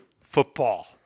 football